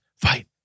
fight